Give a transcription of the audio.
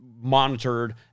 monitored